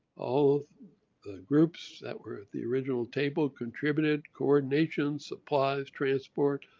all the groups that were at the original table contributed, coordination, supplies, transport,